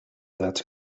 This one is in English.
that